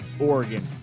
Oregon